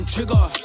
Trigger